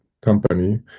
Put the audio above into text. company